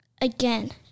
again